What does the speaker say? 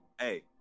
hey